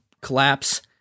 collapse